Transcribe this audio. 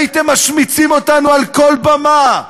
הייתם משמיצים אותנו מעל כל במה,